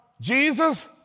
Jesus